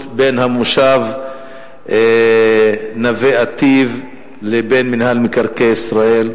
בין המושב נווה-אטי"ב לבין מינהל מקרקעי ישראל,